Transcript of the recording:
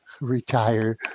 retire